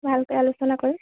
ভালকৈ আলোচনা কৰোঁ